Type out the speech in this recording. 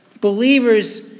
believers